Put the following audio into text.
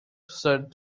said